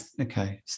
Okay